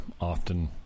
often